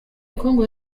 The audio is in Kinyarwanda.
congo